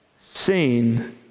seen